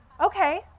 Okay